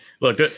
Look